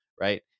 right